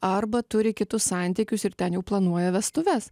arba turi kitus santykius ir ten jau planuoja vestuves